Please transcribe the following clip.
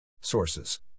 Sources